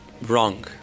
wrong